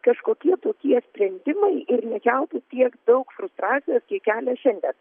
kažkokie tokie sprendimai ir nekeltų tiek daug frustracijos kiek kelia šiandien